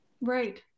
right